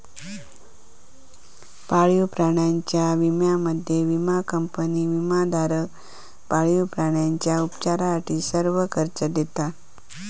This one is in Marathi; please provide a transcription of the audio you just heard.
पाळीव प्राण्यांच्या विम्यामध्ये, विमा कंपनी विमाधारक पाळीव प्राण्यांच्या उपचारासाठी सर्व खर्च देता